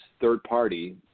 third-party